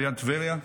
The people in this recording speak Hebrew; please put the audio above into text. ליד טבריה,